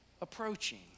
approaching